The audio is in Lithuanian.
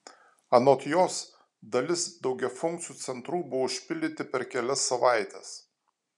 anot jos dalis daugiafunkcių centrų buvo užpildyti per kelias savaites